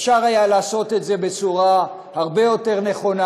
אפשר היה לעשות את זה בצורה הרבה יותר נכונה.